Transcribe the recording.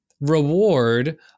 reward